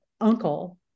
uncle